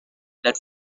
that